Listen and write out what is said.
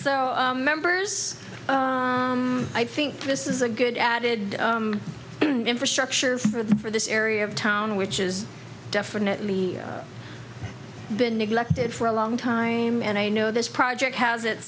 so members i think this is a good added infrastructure for the for this area of town which is definitely been neglected for a long time and i know this project has it